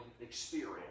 experience